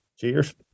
Cheers